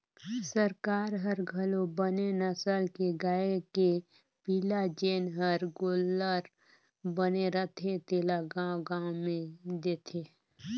सरकार हर घलो बने नसल के गाय के पिला जेन हर गोल्लर बने रथे तेला गाँव गाँव में देथे